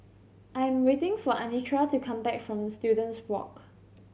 I am waiting for Anitra to come back from Students Walk